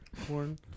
Porn